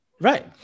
right